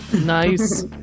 Nice